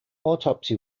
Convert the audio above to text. autopsy